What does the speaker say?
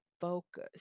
focus